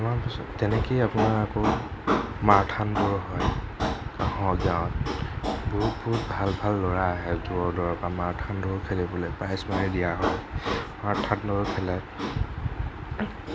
আমাৰ তেনেকেই আপোনাৰ আকৌ মাৰথান দৌৰ হয় আমাৰ গাওঁত বহুত বহুত ভাল ভাল ল'ৰা আহে দূৰৰ দূৰৰ পৰা মাৰথান দৌৰ খেলিবলৈ প্ৰাইজমনি দিয়া হয় মাৰথান দৌৰ খেলায়